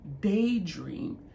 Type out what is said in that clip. daydream